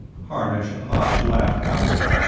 harnosh of hosh laughed happily.